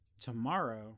tomorrow